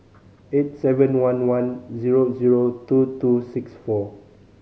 eight seven one one zero zero two two six four